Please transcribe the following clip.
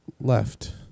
Left